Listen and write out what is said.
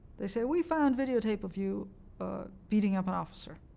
they say, we found videotape of you beating up an officer,